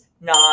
nine